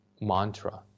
mantra